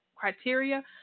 criteria